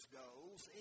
goals